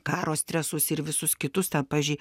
karo stresus ir visus kitus ten pavyzdžiui